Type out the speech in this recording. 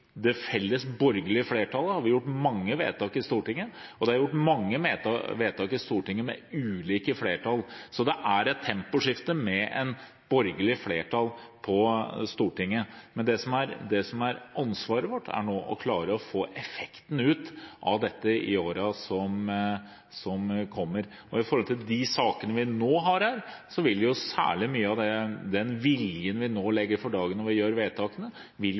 Stortinget, og det er gjort mange vedtak i Stortinget med ulike flertall. Det er et temposkifte med et borgerlig flertall på Stortinget. Det som er ansvaret vårt, er å klare å få effekten ut av dette i årene som kommer. I de sakene vi nå behandler, må særlig mye av den viljen vi legger for dagen når vi gjør vedtakene,